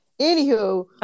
Anywho